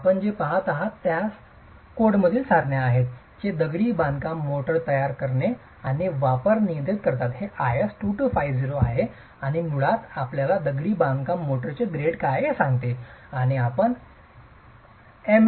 आपण जे पहात आहात त्या कोडमधील सारण्या आहेत जे दगडी बांधकाम मोर्टार तयार करणे आणि वापर नियंत्रित करतात हे IS 2250 आहे आणि मुळात आपल्याला दगडी बांधकाम मोर्टारचे ग्रेड काय आहे हे सांगते आणि आपण MM 0